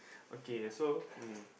okay so mm